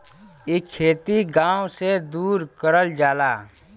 इ खेती गाव से दूर करल जाला